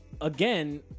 again